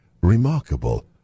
remarkable